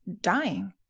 dying